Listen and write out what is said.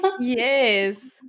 Yes